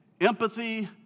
empathy